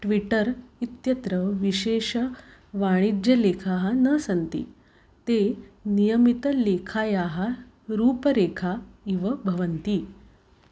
Twitter इत्यत्र विशेषवाणिज्यलेखाः न सन्ति ते नियमितलेखायाः रूपारेखा इव भवन्ति